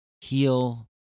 heal